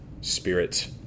spirit